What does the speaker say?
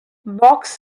box